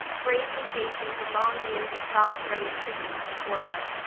bravely facing the long years of solitary imprisonment before her.